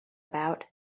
about